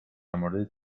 مورد